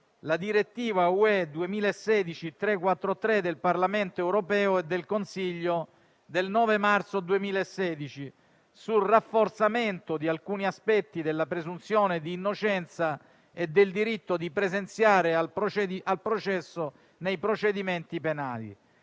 la direttiva europea n. 343 del Parlamento europeo e del Consiglio del 9 marzo 2016 sul rafforzamento di alcuni aspetti della presunzione di innocenza e del diritto di presenziare al processo nei procedimenti penali.